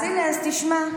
אז הינה, תשמע.